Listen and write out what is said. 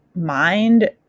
mind